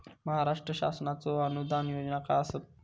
महाराष्ट्र शासनाचो अनुदान योजना काय आसत?